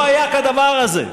לא היה כדבר הזה.